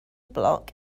block